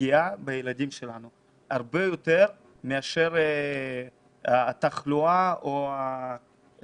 פגיעה בילדים שלנו הרבה יותר מאשר התחלואה או הסיכון